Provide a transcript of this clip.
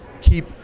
keep